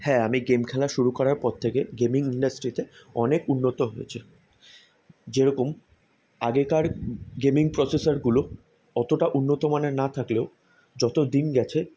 হ্যাঁ আমি গেম খেলা শুরু করার পর থেকে গেমিং ইন্ডাস্ট্রিতে অনেক উন্নত হয়েছে যেরকম আগেকার গেমিং প্রসেসারগুলো অতোটা উন্নত মানের না থাকলেও যতো দিন গেছে